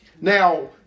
Now